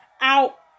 out